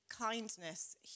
kindness